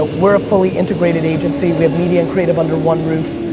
ah we're a fully integrated agency, we have media and creative under one roof.